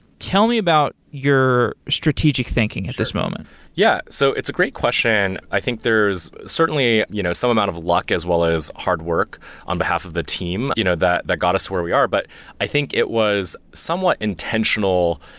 tell me about your strategic thinking at this moment yeah. so it's a great question. i think there's certainly you know some amount of luck, as well as hard work on behalf of the team you know that that got us where we are. but i think it was somewhat intentional.